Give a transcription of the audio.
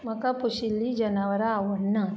म्हाका पोशिल्लीं जनावरां आवडनात